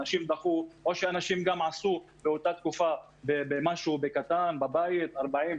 אנשים דחו או עשו באותה תקופה אירוע קטן בבית של 40,